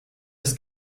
das